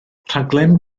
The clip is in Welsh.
rhaglen